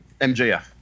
MJF